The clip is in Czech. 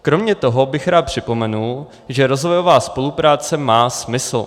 Kromě toho bych rád připomenul, že rozvojová spolupráce má smysl.